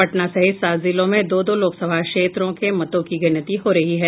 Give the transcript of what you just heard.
पटना सहित सात जिलों में दो दो लोकसभा क्षेत्रों के मतों की गिनती हो रही है